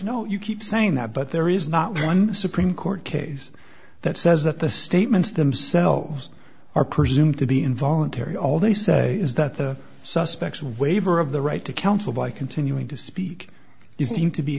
no you keep saying that but there is not one supreme court case that says that the statements themselves are presumed to be involuntary all they say is that the suspects waiver of the right to counsel by continuing to speak is deemed to be